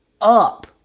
up